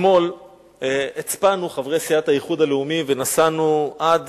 אתמול הצפנו, חברי סיעת האיחוד הלאומי, ונסענו עד